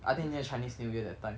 I think near chinese new year that time